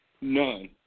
None